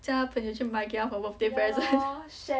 叫她朋友去买给她 for birthday present